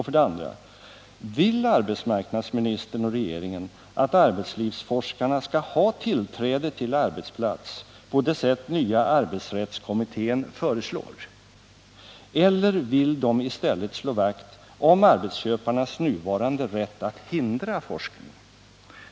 För det andra: Vill arbetsmarknadsministern och regeringen att arbetslivsforskarna skall ha tillträde till arbetsplatserna på det sätt som nya arbetsrättskommittén föreslår eller vill de i stället slå vakt om arbetsköparnas nuvarande rätt att hindra forskning?